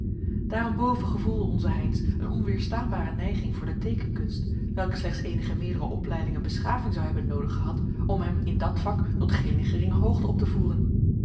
daarenboven gevoelde onze heynsz een onweerstaanbare neiging voor de teekenkunst welke slechts eenige meerdere opleiding en beschaving zou hebben noodig gehad om hem in dat vak tot geene geringe hoogte op te voeren